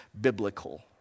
biblical